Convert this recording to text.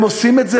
והם עושים את זה,